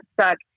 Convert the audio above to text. stuck